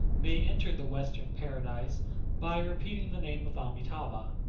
may enter the western paradise by repeating the name of amitabha.